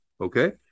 Okay